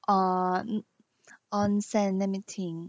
err onsen let me think